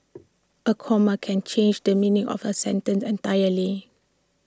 A comma can change the meaning of A sentence and entirely